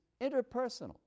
interpersonal